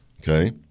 okay